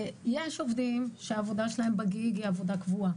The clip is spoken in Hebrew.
עובדים שהעבודה שלהם ב-Gig היא עבודה קבועה.